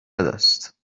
است